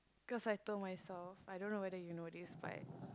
cause I told myself I don't know whether you know this but